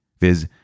viz